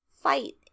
fight